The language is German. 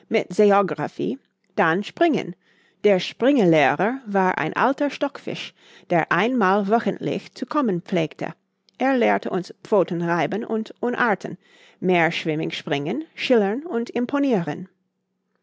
seeographie dann springen der springelehrer war ein alter stockfisch der ein mal wöchentlich zu kommen pflegte er lehrte uns pfoten reiben und unarten meerschwimmig springen schillern und imponiren